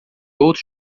outro